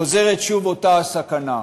חוזרת שוב אותה הסכנה.